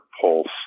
pulse